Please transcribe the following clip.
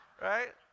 Right